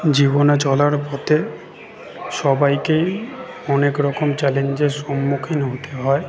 জীবনে চলার পথে সবাইকেই অনেক রকম চ্যালেঞ্জের সম্মুখীন হতে হয়